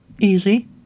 easy